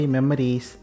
Memories